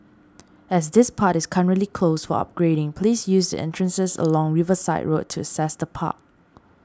as this part is currently closed for upgrading please use the entrances along Riverside Road to access the park